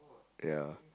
ya